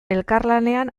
elkarlanean